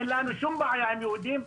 אין לנו שום בעיה עם יהודים,